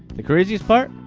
the craziest part?